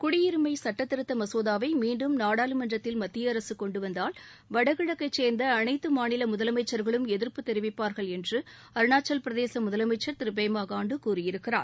குடியுரிமை சுட்ட திருத்த மசோதாவை மீண்டும் நாடாளுமன்றத்தில் மத்திய அரசு கொண்டுவந்தால் வடகிழக்கைச் சேர்ந்த அனைத்து மாநில முதலமைச்சா்களும் எதிா்ப்பு தெரிவிப்பாா்கள் என்று அருணாச்சல பிரதேச முதலமைச்சர் திரு பேமா காண்டு கூறியிருக்கிறார்